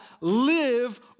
live